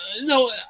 no